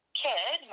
kid